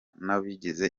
n’abagize